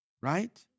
Right